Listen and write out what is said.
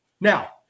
Now